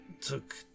took